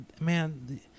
man